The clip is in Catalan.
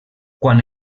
quan